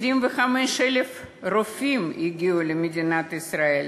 25,000 רופאים הגיעו למדינת ישראל,